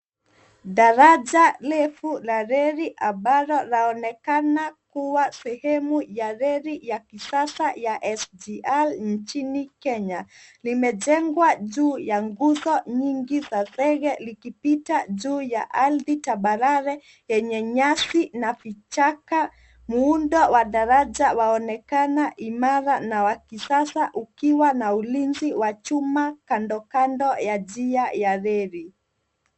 Daraja refu la reli ambalo laonekana kuwa sehemu ya reli ya kisasa ya SGR nchini kenya. Limejengwa juu ya nguzo nyingi za zege likipita juu ya ardhi tambarare yenye nyasi na vichaka. Muundo wa daraja waonekana imara na wa kisasa ukiwa na ulinzi wa chuma kando kando ya njia ya reli.